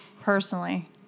Personally